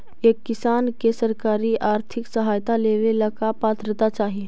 एक किसान के सरकारी आर्थिक सहायता लेवेला का पात्रता चाही?